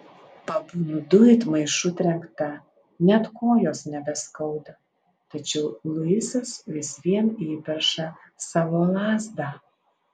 pabundu it maišu trenkta net kojos nebeskauda tačiau luisas vis vien įperša savo lazdą